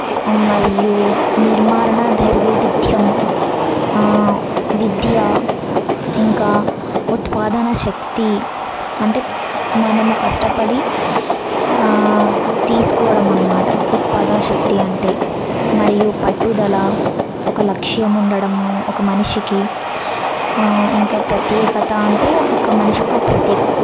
మరియు నిర్మారణదర వైవిద్యం విద్య ఇంకా ఉత్పాదన శక్తి అంటే మనము కష్టపడి తీసుకోవడం అన్నమాట ఉత్పాదన శక్తి అంటే మరియు పట్టుదల ఒక లక్ష్యము ఉండటము ఒక మనిషికి ఇంకా ప్రత్యేకత అంటే ఒక మనిషి ఒక ప్రత్యేక